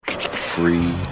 Free